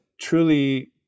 truly